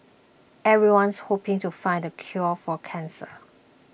everyone's hoping to find the cure for cancer